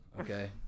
okay